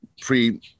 pre